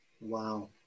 Wow